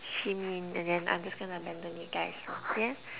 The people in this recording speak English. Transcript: Xue-Min and then I'm just gonna abandon you guys first yeah